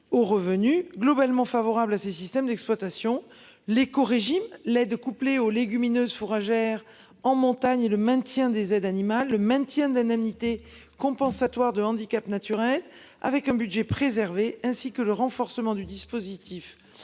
Aux revenus globalement favorable à ces systèmes d'exploitation. L'éco-régime l'aide couplée aux légumineuses fourragères en montagne et le maintien des aides animales maintien d'indemnité compensatoire de handicaps naturels avec un budget préservé, ainsi que le renforcement du dispositif